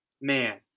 man